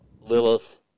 Lilith